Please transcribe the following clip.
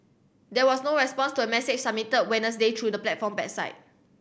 there was no response to a message submitted Wednesday through the platform bedside